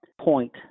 point